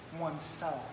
oneself